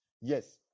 Yes